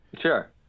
Sure